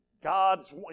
God's